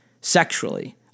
sexually